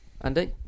Andy